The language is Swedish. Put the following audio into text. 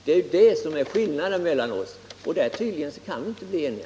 Det är detta som är skillnaden mellan oss, och på den punkten kan vi tydligen inte bli eniga.